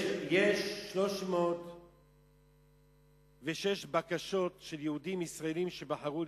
יש 306 בקשות של יהודים ישראלים שבחרו